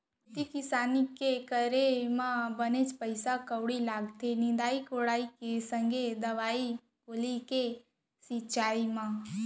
खेती किसानी के करे म बनेच पइसा कउड़ी लागथे निंदई कोड़ई के संग दवई गोली के छिंचाई म